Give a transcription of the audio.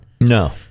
No